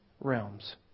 realms